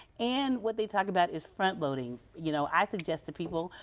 and what they talk about is front-loading. you know, i suggest to people,